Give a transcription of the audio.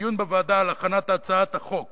בדיון בוועדה על הכנת הצעת החוק